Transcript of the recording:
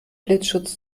blitzschutz